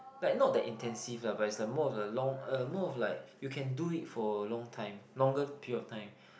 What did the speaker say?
like not the intensive lah but is the more of the long uh more of like you can do it for a long time longer period of time